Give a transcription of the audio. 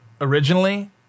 originally